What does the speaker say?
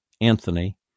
Anthony